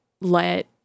let